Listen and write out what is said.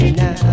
now